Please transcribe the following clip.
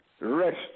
Rest